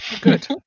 Good